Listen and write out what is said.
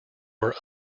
were